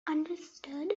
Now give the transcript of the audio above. understood